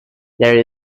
there